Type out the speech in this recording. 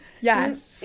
yes